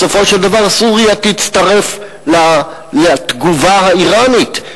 בסופו של דבר סוריה תצטרף לתגובה האירנית.